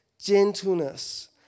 gentleness